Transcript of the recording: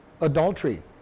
adultery